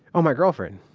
oh, my girlfriend.